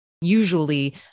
usually